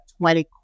20